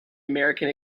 american